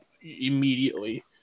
immediately